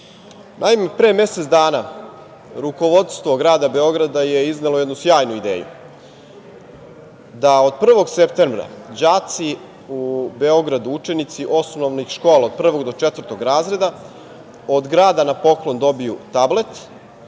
Ružiću. Naime, pre mesec dana rukovodstvo grada Beograda je iznelo jednu sjajnu ideju da od 1. septembra đaci u Beogradu, učenici osnovnih škola od prvog do četvrtog razreda, od grada na poklon dobiju tablet